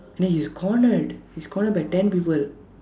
and then he's cornered he's cornered by ten people